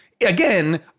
again